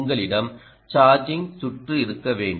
உங்களிடம் சார்ஜிங் சுற்று இருக்க வேண்டும்